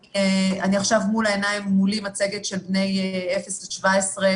מולי נמצאת עכשיו מצגת לגבי בני 0 17,